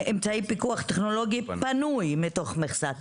אמצעי פיקוח טכנולוגי פנוי מתוך המכסה.